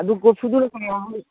ꯑꯗꯨ ꯀꯣꯔꯐꯨꯗꯨꯅ ꯀꯌꯥ